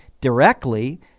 directly